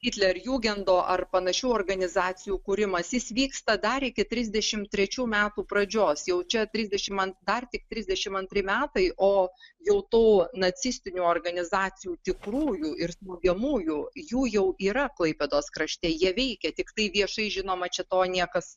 hitlerjugendo ar panašių organizacijų kūrimasis vyksta dar iki trisdešimt trečių metų pradžios jau čia trisdešimt an dar tik trisdešimt antri metai o jau tų nacistinių organizacijų tikrųjų ir smogiamųjų jų jau yra klaipėdos krašte jie veikia tiktai viešai žinoma čia to niekas